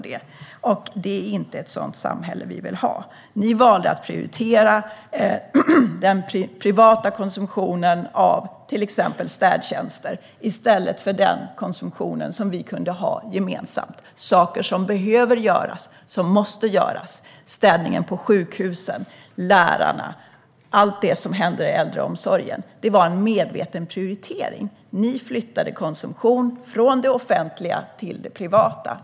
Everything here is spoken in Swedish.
Det är inte ett sådant samhälle vi vill ha. Ni valde att prioritera den privata konsumtionen av till exempel städtjänster i stället för den gemensamma konsumtionen, som handlar om saker som behöver göras och som måste göras. Det gäller städningen på sjukhusen, lärarna och allt det som händer i äldreomsorgen. Det var en medveten prioritering. Ni flyttade konsumtion från det offentliga till det privata.